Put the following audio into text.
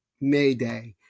Mayday